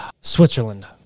Switzerland